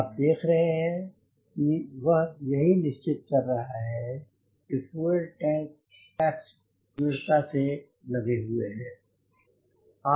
आप देख रहे हैं कि वह यही निश्चित कर रहा है कि फ्यूल टैंक कैप्स दृढ़ता से लगे हुए हैं